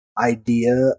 idea